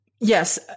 Yes